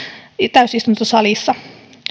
täysistuntosalissa